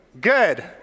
Good